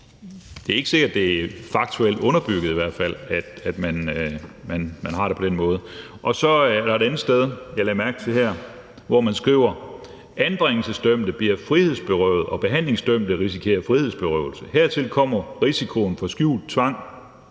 fald ikke sikkert, at det er faktuelt underbygget, at man har det på den måde. Så er der et andet sted, jeg her lagde mærke til, hvor man skriver: »Anbringelsesdømte bliver frihedsberøvet, og behandlingsdømte risikerer frihedsberøvelse. Hertil kommer risikoen for skjult tvang,